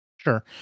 Sure